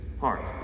heart